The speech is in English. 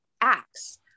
acts